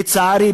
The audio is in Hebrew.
לצערי,